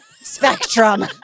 Spectrum